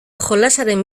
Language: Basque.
jolasaren